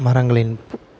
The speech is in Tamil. மரங்களின் பூ